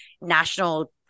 national